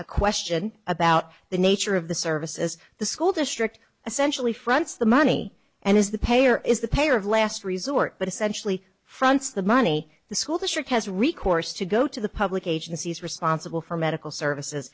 a question about the nature of the service as the school district essential he fronts the money and as the payer is the payer of last resort but essentially fronts the money the school district has recourse to go to the public agencies responsible for medical services